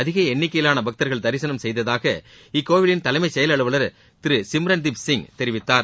அதிக எண்ணிக்கையிலான பக்தர்கள் திசனம் செய்ததாக இக்கோவிலின் தலைமைச்செயல் அலுவலர் திரு சிம்ரன்தீப்சிங் தெரிவித்தார்